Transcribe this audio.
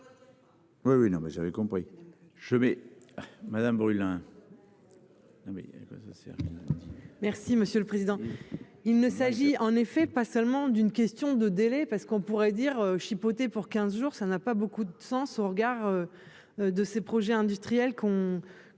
hein. Non mais elle a quoi ça sert, lundi. Merci monsieur le président. Il ne s'agit en effet, pas seulement d'une question de délai parce qu'on pourrait dire chipoter pour 15 jours ça n'a pas beaucoup de sens au regard. De ses projets industriels qu'on,